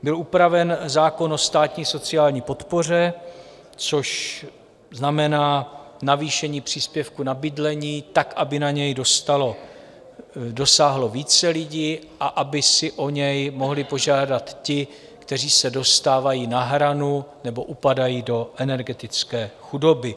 Byl upraven zákon o státní sociální podpoře, což znamená navýšení příspěvku na bydlení tak, aby na něj dosáhlo více lidí a aby si o něj mohli požádat ti, kteří se dostávají na hranu nebo upadají do energetické chudoby.